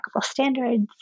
standards